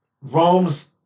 Rome's